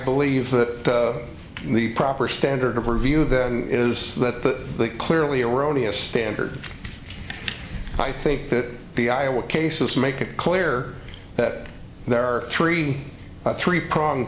believe that the proper standard of review this is that the clearly erroneous standard i think that the iowa cases make it clear that there are three three prong